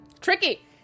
tricky